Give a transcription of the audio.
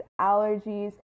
allergies